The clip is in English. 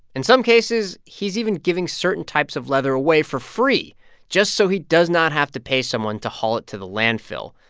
in some cases, he's even giving certain types of leather away for free just so he does not have to pay someone to haul it to the landfill.